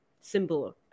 symbol